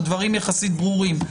הדברים יחסית ברורים.